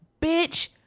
Bitch